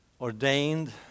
ordained